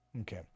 okay